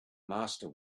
master